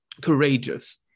courageous